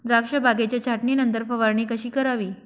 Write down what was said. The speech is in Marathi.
द्राक्ष बागेच्या छाटणीनंतर फवारणी कशी करावी?